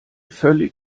völlig